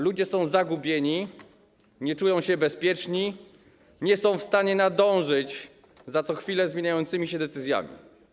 Ludzie są zagubieni, nie czują się bezpiecznie, nie są w stanie nadążyć za co chwilę zmieniającymi się decyzjami.